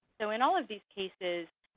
so in all of these cases,